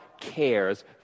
cares